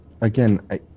again